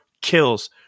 kills